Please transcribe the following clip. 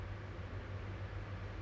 !wah! kecoh